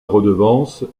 redevance